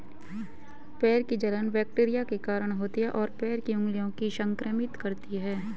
पैर की जलन बैक्टीरिया के कारण होती है, और पैर की उंगलियों को संक्रमित करती है